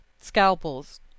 Scalpels